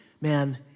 man